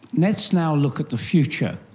let's now look at the future.